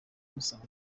musaba